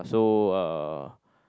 so uh